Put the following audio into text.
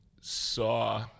saw